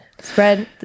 Spread